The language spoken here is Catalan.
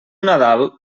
nadal